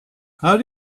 how